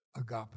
agape